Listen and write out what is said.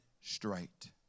straight